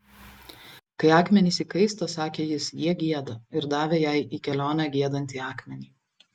kai akmenys įkaista sakė jis jie gieda ir davė jai į kelionę giedantį akmenį